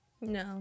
No